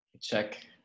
Check